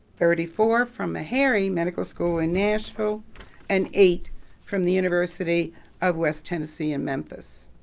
thirty four from meharry medical school in nashville and eight from the university of west tennessee in memphis.